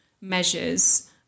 measures